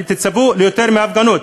תצפו ליותר מהפגנות.